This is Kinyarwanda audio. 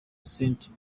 saint